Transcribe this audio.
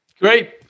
Great